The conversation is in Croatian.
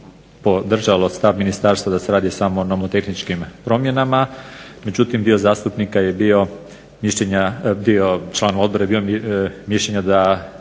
da se radi samo o nometehničkim promjenama međutim, dio zastupnika je bio mišljenja, član odbora je bio mišljenja da